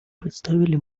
представили